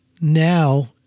now